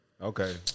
Okay